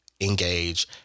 engage